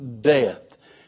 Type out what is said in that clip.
death